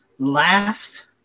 last